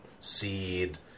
seed